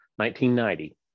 1990